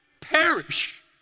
perish